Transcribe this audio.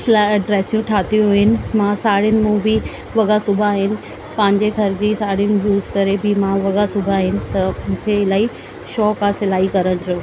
सिलाई ड्रेसियूं ठातियूं आहिनि मां साड़ियुनि में बि वॻा सिबिया आहिनि पंहिंजे घर जी साड़ियुनि जो यूस करे बि मां वॻा सिबिया आहिनि त मूंखे इलाही शौक़ु आहे सिलाई करण जो